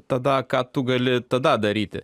tada ką tu gali tada daryti